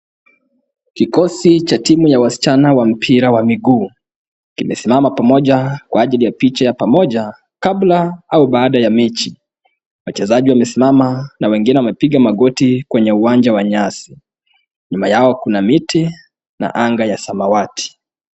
Kikosi cha timu ya wasichana cha mpira wa miguu, kimesimama pamoja kwa ajili ya picha ya pamoja kabla au baada ya mechi. Wachezaji wamesimama na wengine wamepiga magoti kwenye uwanja wa nyasi. Nyuma yao kuna miti na anga ya samawati.